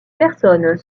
personnes